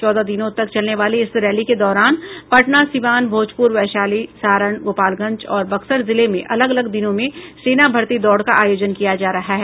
चौदह दिनों तक चलने वाली इस रैली के दौरान पटना सिवान भोजपुर वैशाली सारण गोपालगंज और बक्सर जिले में अलग अलग दिनों में सेना भर्ती दौड़ का आयोजन किया जा रहा है